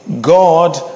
God